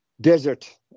desert